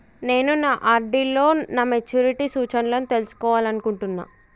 నేను నా ఆర్.డి లో నా మెచ్యూరిటీ సూచనలను తెలుసుకోవాలనుకుంటున్నా